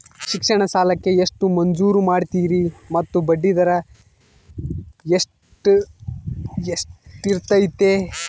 ಶಿಕ್ಷಣ ಸಾಲಕ್ಕೆ ಎಷ್ಟು ಮಂಜೂರು ಮಾಡ್ತೇರಿ ಮತ್ತು ಬಡ್ಡಿದರ ಎಷ್ಟಿರ್ತೈತೆ?